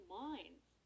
minds